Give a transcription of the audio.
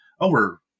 over